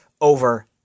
over